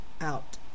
out